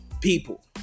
people